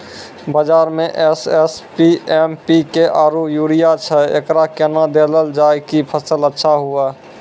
बाजार मे SSP, MPK आरु यूरिया छैय, एकरा कैना देलल जाय कि फसल अच्छा हुये?